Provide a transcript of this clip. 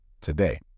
today